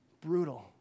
Brutal